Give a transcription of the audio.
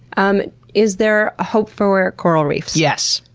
um is there a hope for coral reefs? yes!